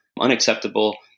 unacceptable